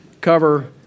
Cover